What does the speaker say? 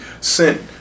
sent